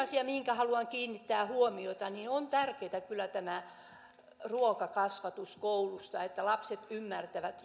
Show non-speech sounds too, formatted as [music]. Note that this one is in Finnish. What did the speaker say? [unintelligible] asia mihinkä haluan kiinnittää huomiota on kyllä tärkeätä tämä ruokakasvatus kouluissa ja päiväkodeissa että lapset ymmärtävät [unintelligible]